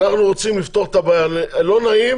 אנחנו רוצים לפתור את הבעיה, לא נעים